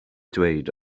dweud